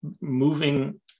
moving